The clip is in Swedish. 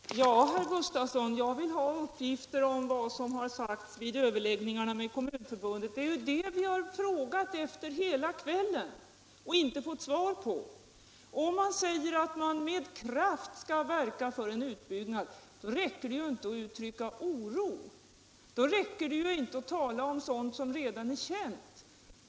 Herr talman! Ja, herr Gustavsson, jag vill ha uppgifter om vad som har sagts vid överläggningarna med Kommunförbundet. Det är ju det vi har frågat om hela kvällen men inte fått något svar på. Om man säger att man med kraft skall verka för en utbyggnad, räcker det ju inte att uttrycka oro och tala om sådant som redan är känt.